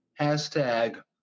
hashtag